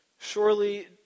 surely